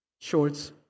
shorts